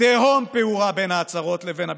תהום פעורה בין ההצהרות לבין הביצוע,